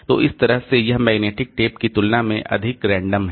तो इस तरह से यह मैग्नेटिक टेप की तुलना में अधिक यादृच्छिक है